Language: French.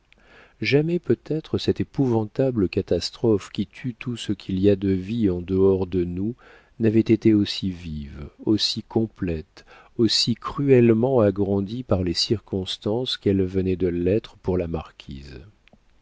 jamais peut-être cette épouvantable catastrophe qui tue tout ce qu'il y a de vie en dehors de nous n'avait été aussi vive aussi complète aussi cruellement agrandie par les circonstances qu'elle venait de l'être pour la marquise